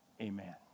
Amen